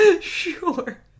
sure